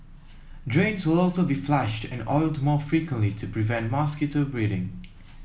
drains will also be flushed and oiled more frequently to prevent mosquito breeding